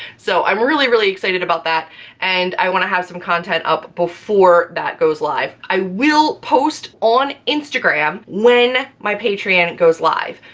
so i'm really really excited about that and i want to have some content up before that goes live. i will post on instagram when my patreon goes live.